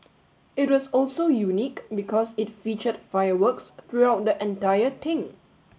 it was also unique because it featured fireworks throughout the entire thing